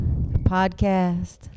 Podcast